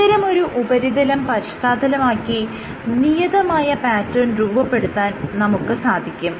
ഇത്തരമൊരു ഉപരിതലം പശ്ചാത്തലമാക്കി നിയതമായ പാറ്റേൺ രൂപപ്പെടുത്താൻ നമുക്ക് സാധിക്കും